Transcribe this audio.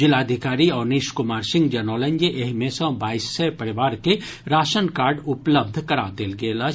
जिलाधिकारी अवनीश कुमार सिंह जनौलनि जे एहि मे सँ बाइस सय परिवार के राशन कार्ड उपलब्ध करा देल गेल अछि